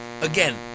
again